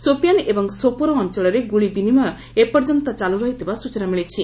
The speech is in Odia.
ସୋପିଆନ ଏବଂ ସୋପୋରୋ ଅଞ୍ଚଳରେ ଗୁଳି ବିନିମୟ ଏପର୍ଯ୍ୟନ୍ତ ଚାଲୁ ରହିଥିବା ସୂଚନା ମିଳିଛି